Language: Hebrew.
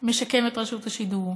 משקם את רשות השידור,